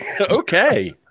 Okay